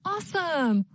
Awesome